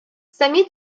самі